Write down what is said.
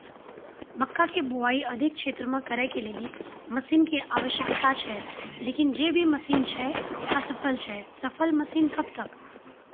मक्का के बुआई अधिक क्षेत्र मे करे के लेली मसीन के आवश्यकता छैय लेकिन जे भी मसीन छैय असफल छैय सफल मसीन कब तक?